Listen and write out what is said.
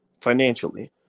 financially